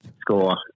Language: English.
score